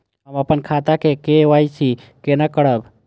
हम अपन खाता के के.वाई.सी केना करब?